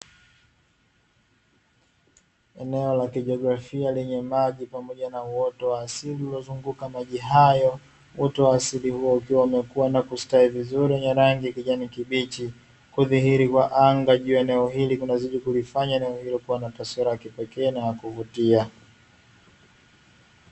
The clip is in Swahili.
Eneo la kijiografia lenye maji pamoja na uoto wa asili uliyozunguka maji hayo, uoto wa asili huo ukiwa umekuwa na kustawi vizuri yenye rangi ya kijani kibichi, kudhihiri kwa anga juu ya eneo hili kunafanya eneo hilo kuwa taswira ya kipekee na ya kuvutia.